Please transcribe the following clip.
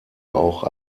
auch